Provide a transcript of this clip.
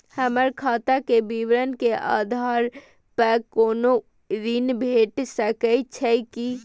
हमर खाता के विवरण के आधार प कोनो ऋण भेट सकै छै की?